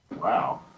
Wow